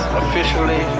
officially